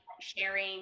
sharing